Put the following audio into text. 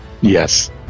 yes